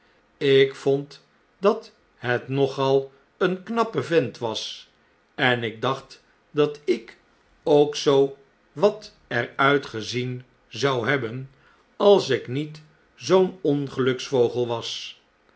ik vond dat het nogal een knappe vent was en ik dacht dat ik ook zoo wat er uitgezien zou hebben als ik niet zoo'n ongeluksvogel was